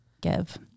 give